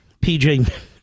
PJ